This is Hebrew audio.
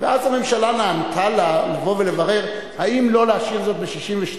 ואז הממשלה נענתה לה לבוא ולברר האם לא להשאיר זאת ב-62.